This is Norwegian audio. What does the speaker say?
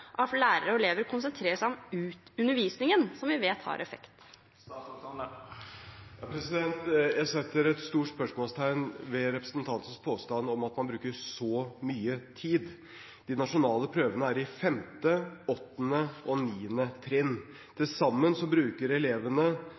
lærere og elever konsentrere seg om undervisningen, som vi vet har effekt? Jeg setter et stort spørsmålstegn ved representantens påstand om at man bruker «så mye tid». De nasjonale prøvene er i 5., 8. og 9. trinn. Til sammen bruker elevene,